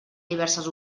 diverses